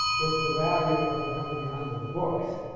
it's the value of the company on the books.